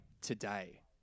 today